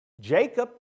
Jacob